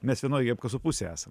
mes vienoj gi apkasų pusėj esam